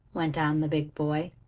went on the big boy.